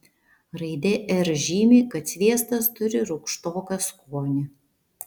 raidė r žymi kad sviestas turi rūgštoką skonį